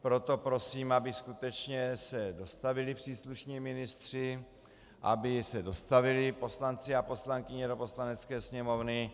Proto prosím, aby se skutečně dostavili příslušní ministři, aby se dostavili poslanci a poslankyně do Poslanecké sněmovny.